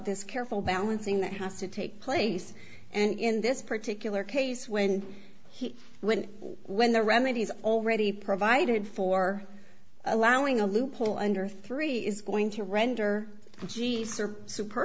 this careful balancing that has to take place and in this particular case when he when when the remedies already provided for allowing a loophole under three is going to render jesus are super